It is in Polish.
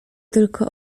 tylko